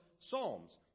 Psalms